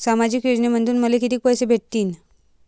सामाजिक योजनेमंधून मले कितीक पैसे भेटतीनं?